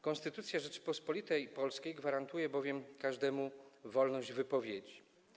Konstytucja Rzeczypospolitej Polskiej gwarantuje bowiem każdemu wolność wypowiedzi.